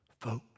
Folks